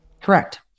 correct